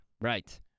Right